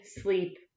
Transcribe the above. sleep